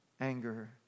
anger